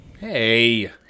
Hey